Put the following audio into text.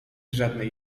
żadnej